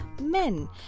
men